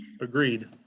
Agreed